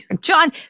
john